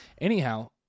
Anyhow